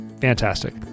fantastic